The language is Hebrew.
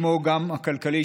כמו גם הכלכלי,